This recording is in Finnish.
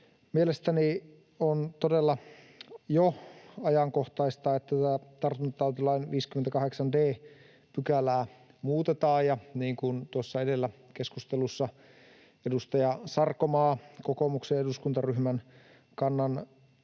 Mielestäni on todella jo ajankohtaista, että tätä tartuntatautilain 58 d §:ää muutetaan, ja niin kuin tuossa edellä keskustelussa edustaja Sarkomaa kokoomuksen eduskuntaryhmän kannan